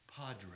Padre